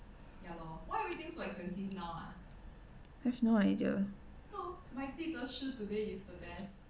I have no idea